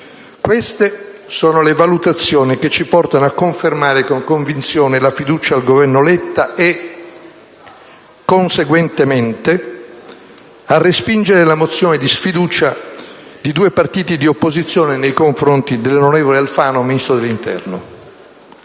Queste sono le valutazioni che ci portano a confermare, con convinzione, la fiducia al Governo Letta e, conseguentemente, a respingere la mozione di sfiducia di due partiti di opposizione nei confronti dell'onorevole Alfano, Ministro dell'interno.